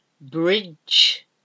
Bridge